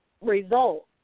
results